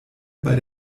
bei